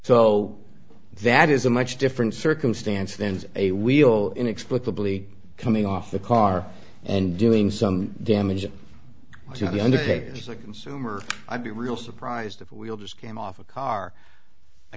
so that is a much different circumstance than a wheel inexplicably coming off the car and doing some damage to the undertaker as a consumer i'd be real surprised if we all just came off a car i